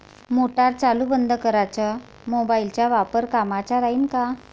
Motor चालू बंद कराच मोबाईलचा वापर कामाचा राहीन का?